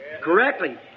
correctly